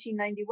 1991